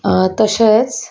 तशेंच